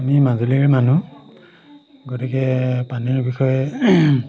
আমি মাজুলীৰ মানুহ গতিকে পানীৰ বিষয়ে